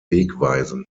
wegweisend